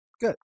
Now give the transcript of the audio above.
good